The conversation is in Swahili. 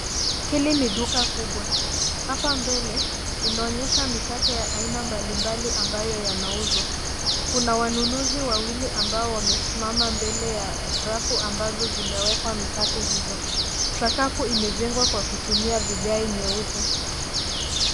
Hili ni duka kubwa. Hapa mbele linaonyesha mikate ya aina mbalimbali ambayo yanauzwa. Kuna wanunuzi wawili ambao wamesimama mbele ya rafu ambazo zimewekwa mikate hizo. Sakafu imejengwa kwa kutumia vigae nyeupe.